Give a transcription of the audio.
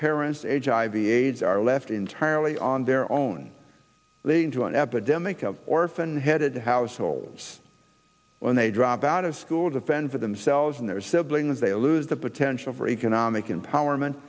parents to hiv aids are left entirely on their own leading to an epidemic of orphan headed households when they drop out of school to fend for themselves and their siblings they lose the potential for economic empowerment